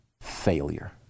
failure